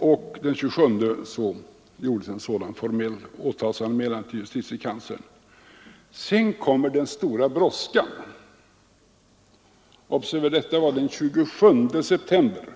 och den 27 september gjordes en formell åtalsanmälan till justitiekanslern. Sedan kom den stora brådskan. Observera att detta hände den 27 september!